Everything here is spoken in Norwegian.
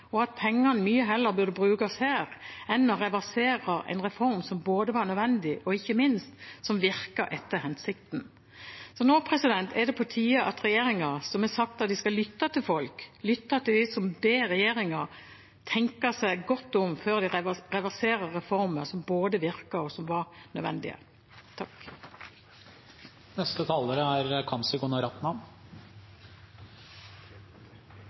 og bygninger, og pengene burde mye heller brukes her enn på å reversere en reform som både var nødvendig og – ikke minst – som virker etter hensikten. Nå er det på tide at regjeringen, som har sagt de skal lytte til folk, lytter til dem som ber regjeringen tenke seg godt om før de reverserer reformer som både virker og var nødvendige.